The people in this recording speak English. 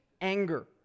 anger